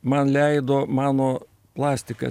man leido mano plastika